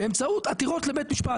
באמצעות עתירות לבית משפט.